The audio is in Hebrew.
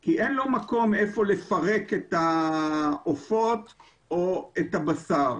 כי אין לו מקום היכן לפרק את העופות או את הבשר.